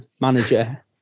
manager